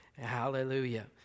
Hallelujah